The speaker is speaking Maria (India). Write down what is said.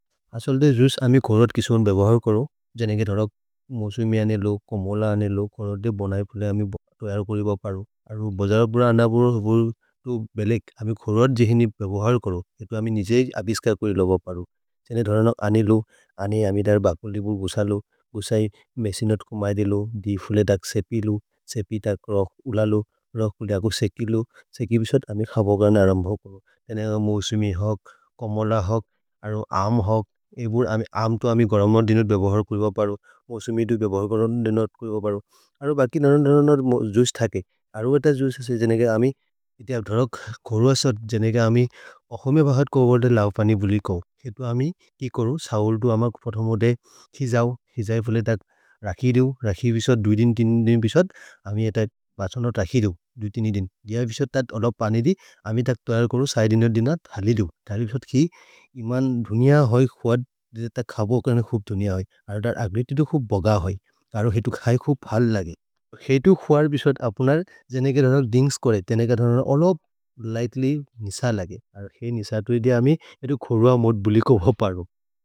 असल्दे जुस्त् अमे खोरत् किशुन् बेभहर् करो, जनेके धरनक् मौसुमि अनेलो, कमोल अनेलो, खोरते बनये फुले अमे तोयार् कोरि बबरो। अरो बजरपुर अनबुर फुले तु बेलेक्, अमे खोरत् जेहेनि बेभहर् करो, केतो अमे निजे अबिस्कर् कोरि लबबरो। जने धरनक् अनेलो, अने अमे दर् बकलिबुर् गुसलो, गुसै मेसिनत् कुमैदे लो। दि फुले तक् सेपि लो, सेपि तक् रख् उल लो, रख् उले अगर् सेकि लो। सेकि बिशोद् अमे खबगन् अरम्भौ करो, जनेके मौसुमि होक्, कमोल होक्, अरो आम् होक्। एबुर् आम् तो अमे गरम् नार् दिनर् बेभहर् करो, मौसुमि तु बेभहर् करो, दिनर् करो। अरो बकि धरन् धरन् नार् जुइचे थके, अरो एत जुइचे हसे जनेके अमे। जनेके अमे धरक् खोरु असद्, जनेके अमे अहोमे भहत् खोरोदर् लबपनि बुलि कौ। केतो अमे कि करु, सौल्दु अमक् फतमोदे खिजौ, खिजै फुले तक् रखि दु। रखि बिशोद्, तु दिन्, तीन् दिन् बिशोद्, अमे एत बछनत् रखि दु, तु, तीन् दिन्। गिहै बिशोद् थत् ओलब् पनि दि, अमे तक् तोयल् करु, सहि दिनर् दिनर् धलि दु। धलि बिशोद् कि, इमन् धुनिअ होइ, खुवर् जते थ खबो करने खुब् धुनिअ होइ। अरो दर् अग्रित्य् दो खुब् बग होइ। अरो हेतु खै खुब् फल् लगे। हेतु खुवर् बिशोद् अपुनर् जनेके धनर् दिन्ग्स् कोरे, जनेके धनर् ओलब् लिघ्त्ल्य् निस लगे। अरो हे निस तुइदे अमे हेतु खोरुअ मोद् बुलि कौ भ परु।